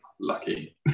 lucky